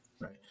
right